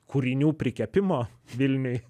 kūrinių prikepimo vilniuj